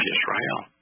Israel